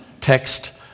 text